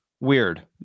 Weird